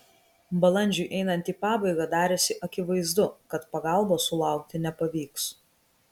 balandžiui einant į pabaigą darėsi akivaizdu kad pagalbos sulaukti nepavyks